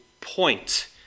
point